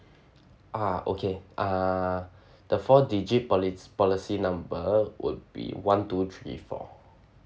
ah okay ah the four digit poli~ policy number would be one two three four